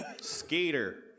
Skater